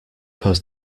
post